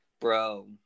Bro